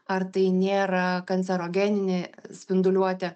ar tai nėra kancerogeninė spinduliuotė